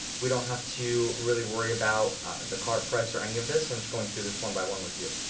we don't have to really worry about the cart price or any of this. i'm just going through this one by one with you.